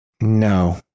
No